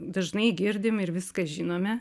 dažnai girdim ir viską žinome